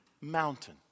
mountain